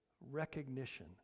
recognition